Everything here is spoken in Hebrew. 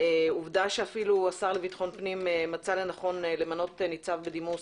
עובדה שאפילו השר לביטחון פנים מצא לנכון למנות ניצב בדימוס,